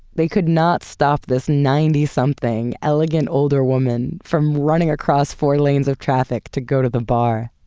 they could not stop this ninety something, elegant older woman from running across four lanes of traffic to go to the bar.